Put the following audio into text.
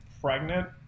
pregnant